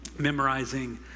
memorizing